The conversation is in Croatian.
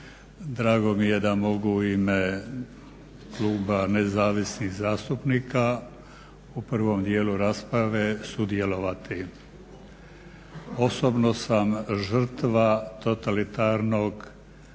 Drago mi je da mogu u ime kluba Nezavisnih zastupnika u prvom djelu rasprave sudjelovati. Osobno sam žrtva totalitarnog